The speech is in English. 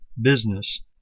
Business